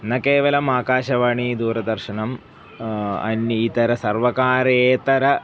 न केवलम् आकाशवाणी दूरदर्शनम् अन्य इतर सर्वकारेतर